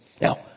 Now